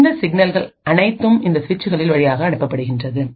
இந்த சிக்னல்கள்அனைத்தும் இந்த சுவிட்சுகளின் வழியாக அனுப்பப்படுகின்றது